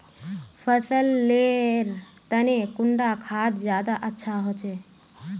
फसल लेर तने कुंडा खाद ज्यादा अच्छा होचे?